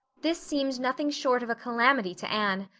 this seemed nothing short of a calamity to anne.